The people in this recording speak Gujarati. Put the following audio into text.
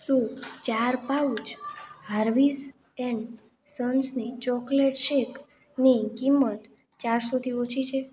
શું ચાર પાઉચ હાર્વિઝ એન્ડ સન્સની ચૉકલેટ શેકની કિંમત ચારસોથી ઓછી છે